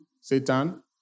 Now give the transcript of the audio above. Satan